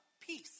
peace